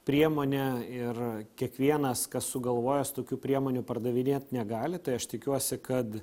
priemonė ir kiekvienas kas sugalvojęs tokių priemonių pardavinėt negali tai aš tikiuosi kad